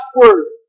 words